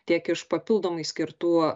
tiek iš papildomai skirtų